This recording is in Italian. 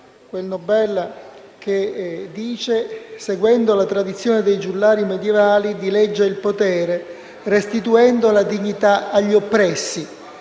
premio Nobel: «Seguendo la tradizione dei giullari medievali, dileggia il potere restituendo la dignità agli oppressi».